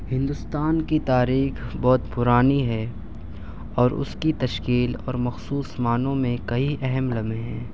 ہندوستان کی تاریخ بہت پرانی ہے اور اس کی تشکیل اور مخصوص معنوں میں کئی اہم لمحے